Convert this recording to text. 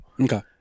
Okay